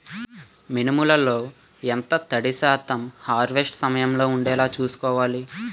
మినుములు లో ఎంత తడి శాతం హార్వెస్ట్ సమయంలో వుండేలా చుస్కోవాలి?